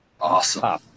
awesome